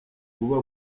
buba